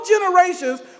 generations